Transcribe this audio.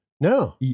No